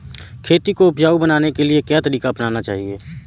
खेती को उपजाऊ बनाने के लिए क्या तरीका अपनाना चाहिए?